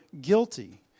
guilty